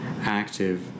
active